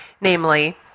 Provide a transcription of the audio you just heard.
Namely